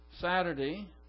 Saturday